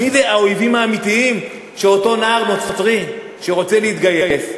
מי אלה האויבים האמיתיים של אותו נער נוצרי שרוצה להתגייס?